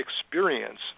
experience